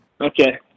Okay